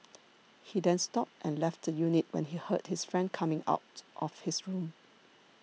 he then stopped and left the unit when he heard his friend coming out of his room